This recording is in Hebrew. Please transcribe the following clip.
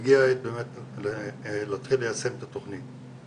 והגיעה העת באמת להתחיל ליישם את התוכנית.